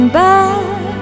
back